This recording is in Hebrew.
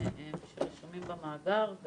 שרשומים במאגר,